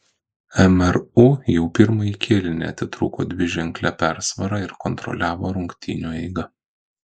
mru jau pirmąjį kėlinį atitrūko dviženkle persvara ir kontroliavo rungtynių eigą